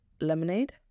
lemonade